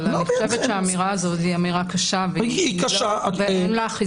אבל אני חושבת שהאמירה הזאת היא אמירה קשה ואין לה אחיזה במציאות.